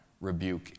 rebuke